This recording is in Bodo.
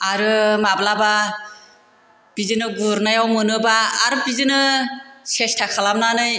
आरो माब्लाबा बिदिनो गुरनायाव मोनोबा आरो बिदिनो सेस्था खालामनानै